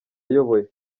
ayoboye